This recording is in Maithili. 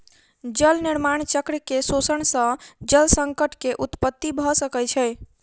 जल निर्माण चक्र के शोषण सॅ जल संकट के उत्पत्ति भ सकै छै